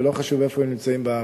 ולא חשוב איפה הם נמצאים בארץ.